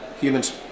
humans